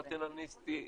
פטרנליסטי,